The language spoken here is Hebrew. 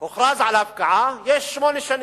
הוכרז על הפקעה, יש שמונה שנים.